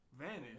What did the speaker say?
vanish